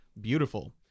Beautiful